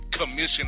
Commission